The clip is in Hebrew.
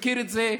מכיר את זה.